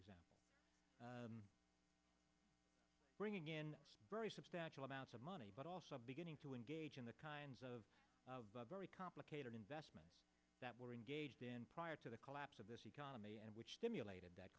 sachs bringing in very substantial amounts of money but also beginning to engage in the kinds of very complicated investment that we're engaged in prior to the collapse of this economy and which stimulated